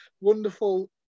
wonderful